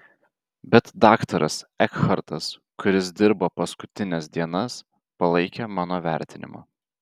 bet daktaras ekhartas kuris dirbo paskutines dienas palaikė mano vertinimą